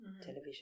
television